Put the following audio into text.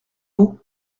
mot